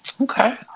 Okay